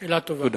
תודה.